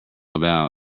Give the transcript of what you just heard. about